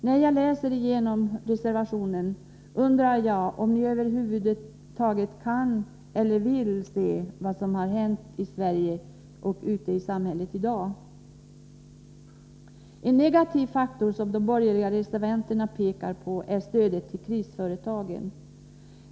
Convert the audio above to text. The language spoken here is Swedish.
När jag läser igenom er reservation undrar jag om ni över huvud taget kan eller vill se vad som händer ute i samhället i dag. En negativ faktor som de borgerliga reservanterna pekar på är stödet till krisföretagen.